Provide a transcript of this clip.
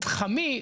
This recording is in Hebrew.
את חמי,